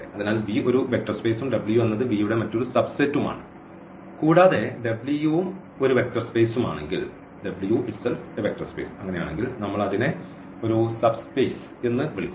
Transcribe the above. അതിനാൽ V ഒരു vector സ്പെയ്സും W എന്നത് V യുടെ മറ്റൊരു സബ് സെറ്റും ആണ് കൂടാതെ W ഉം ഒരു വെക്റ്റർ സ്പേസ് ആണെങ്കിൽ നമ്മൾ അതിനെ ഒരു സബ് സ്പേസ് എന്ന് വിളിക്കുന്നു